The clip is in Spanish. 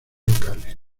locales